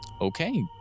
Okay